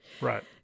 Right